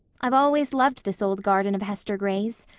i've always loved this old garden of hester gray's,